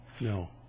No